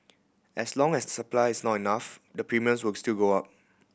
as long as supply is not enough the premiums will still go up